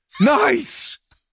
Nice